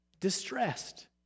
Distressed